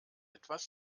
etwas